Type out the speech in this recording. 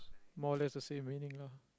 more or less the same meaning lah